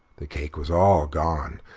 the cake was all gone!